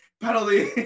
penalty